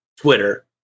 Twitter